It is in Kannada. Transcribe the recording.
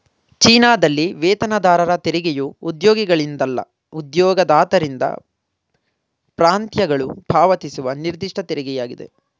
ಚೀನಾದಲ್ಲಿ ವೇತನದಾರರ ತೆರಿಗೆಯು ಉದ್ಯೋಗಿಗಳಿಂದಲ್ಲ ಉದ್ಯೋಗದಾತರಿಂದ ಪ್ರಾಂತ್ಯಗಳು ಪಾವತಿಸುವ ನಿರ್ದಿಷ್ಟ ತೆರಿಗೆಯಾಗಿದೆ